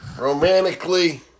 romantically